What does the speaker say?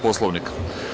Poslovnika?